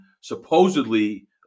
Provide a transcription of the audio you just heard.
supposedly